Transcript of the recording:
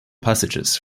passages